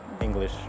English